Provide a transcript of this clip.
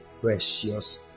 precious